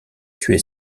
tuer